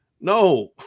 No